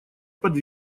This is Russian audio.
под